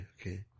okay